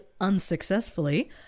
unsuccessfully